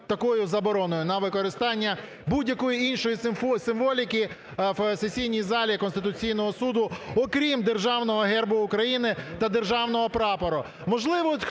такою забороною на використання будь-якої іншої символіки в сесійній залі Конституційного Суду, окрім Державного Герба України та Державного Прапора.